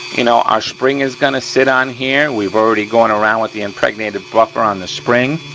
you know, our spring is gonna sit on here. we've already gone around with the impregnated buffer on the spring.